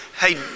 hey